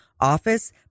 office